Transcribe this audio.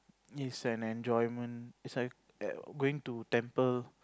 it's an enjoyment it's like a~ going to temple